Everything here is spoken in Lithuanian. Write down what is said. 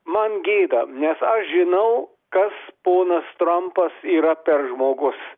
man gėda nes aš žinau kas ponas trampas yra per žmogus